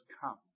come